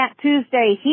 Tuesday